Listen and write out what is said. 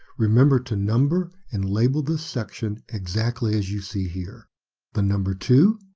remember to number and label this section exactly as you see here the number two.